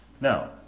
now